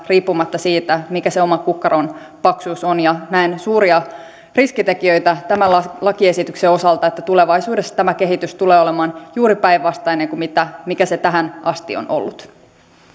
riippumatta siitä mikä se oman kukkaron paksuus on ja näen suuria riskitekijöitä tämän lakiesityksen osalta että tulevaisuudessa tämä kehitys tulee olemaan juuri päinvastainen kuin mikä se tähän asti on ollut